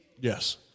Yes